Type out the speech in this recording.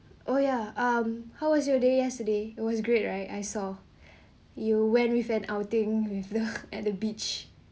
oh ya um how was your day yesterday it was great right I saw you went with an outing with them at the beach